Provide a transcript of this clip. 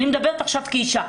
אני מדברת עכשיו כאישה.